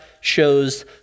shows